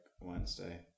Wednesday